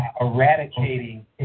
eradicating